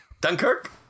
Dunkirk